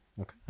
okay